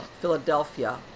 Philadelphia